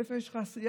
איפה יש לך עשייה,